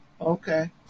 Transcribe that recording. Okay